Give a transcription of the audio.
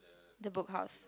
the Book House